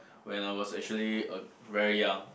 when I was actually uh very young